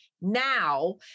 now